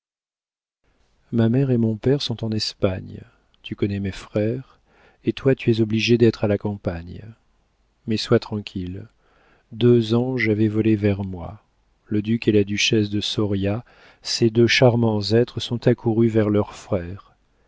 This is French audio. ma mère et mon père sont en espagne tu connais mes frères et toi tu es obligée d'être à la campagne mais sois tranquille deux anges avaient volé vers moi le duc et la duchesse de soria ces deux charmants êtres sont accourus vers leur frère